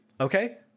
Okay